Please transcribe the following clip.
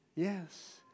Yes